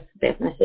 businesses